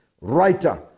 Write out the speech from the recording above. writer